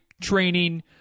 training